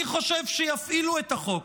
אני חושב שיפעילו את החוק.